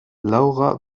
laura